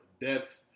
depth